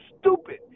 stupid